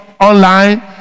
online